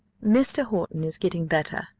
mr. horton is getting better,